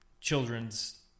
children's